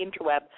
interweb